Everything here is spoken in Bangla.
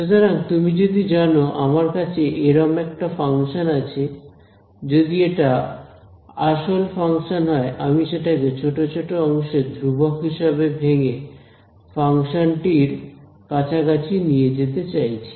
সুতরাং তুমি যদি জানো আমার কাছে এরম একটা ফাংশন আছে যদি এটা আসল ফাংশন হয় আমি সেটাকে ছোট ছোট অংশে ধ্রুবক হিসেবে ভেঙে ফাংশনটির কাছাকাছি নিয়ে যেতে চাইছি